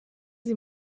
sie